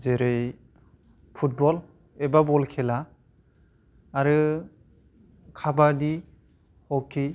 जेरै फुटबल एबा बल खेला आरो काबादि हकि